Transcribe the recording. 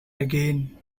again